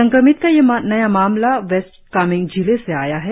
संक्रमित का यह नया मामला वेस्ट कामेंग जिले से आया है